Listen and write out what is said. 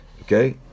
okay